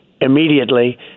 immediately